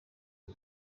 ibi